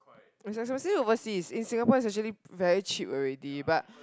its expensive overseas in Singapore is actually very cheap already but